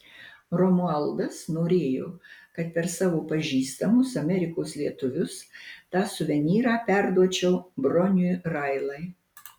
romualdas norėjo kad per savo pažįstamus amerikos lietuvius tą suvenyrą perduočiau broniui railai